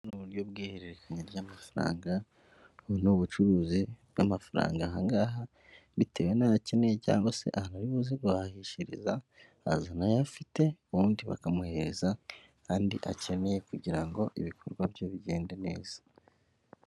Ubu ni buryo bw'ihererekanya ry'amafaranga, ubu ni ubucuruzi bw'amafaranga, aha ngaha bitewe n'ayakeneye cyangwa se ahantu ari buze guhahishiriza, azana ayo afite ubundi bakamuhereza andi akeneye kugira ngo ibikorwa bye bigende neza.